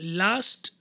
last